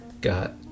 got